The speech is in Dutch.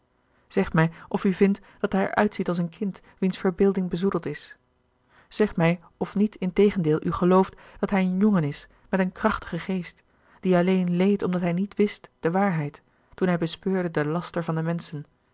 zeg mij of u vindt dat hij er uitziet als een kind wiens verbeelding bezoedeld is zeg mij of niet integendeel u gelooft dat hij een jongen is met een krachtigen geest die alleen leed omdat hij niet wist de waarheid toen hij bespeurde den laster van de menschen